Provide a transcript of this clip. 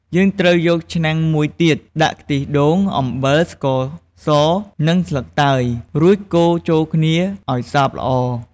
យើងត្រូវយកឆ្នាំងមួយទៀត ដាក់ខ្ទិះដូង អំបិល ស្ករស និងស្លឹកតើយ រួចកូរចូលគ្នាឱ្យសព្វល្អ។